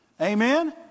Amen